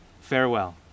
farewell